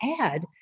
add